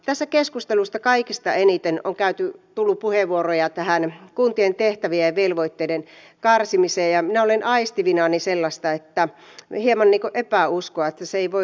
tässä keskustelussa kaikista eniten on tullut puheenvuoroja tästä kuntien tehtävien ja velvoitteiden karsimisesta ja minä olen aistivinani sellaista hieman niin kuin epäuskoa että se ei voi onnistua